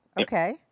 Okay